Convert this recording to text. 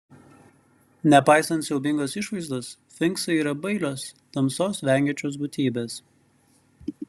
nepaisant siaubingos išvaizdos sfinksai yra bailios tamsos vengiančios būtybės